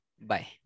Bye